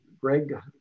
Greg